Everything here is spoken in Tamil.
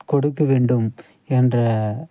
கொடுக்க வேண்டும் என்ற